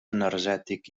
energètic